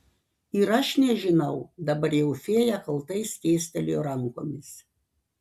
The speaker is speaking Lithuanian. ir aš nežinau dabar jau fėja kaltai skėstelėjo rankomis